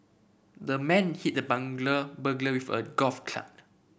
the man hit the burglar with a golf club